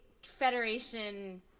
Federation